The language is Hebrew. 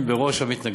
הם בראש המתנגדים.